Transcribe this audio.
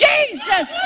Jesus